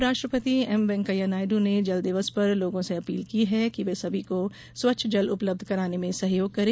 उपराष्ट्रपति एमवेंकैया नायडू ने जल दिवस पर लोगों से अपील की है कि वे सभी को स्वच्छ जल उपलब्ध कराने में सहयोग करें